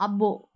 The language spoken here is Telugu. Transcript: అబ్బో